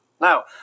now